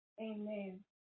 Amen